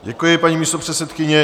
Děkuji, paní místopředsedkyně.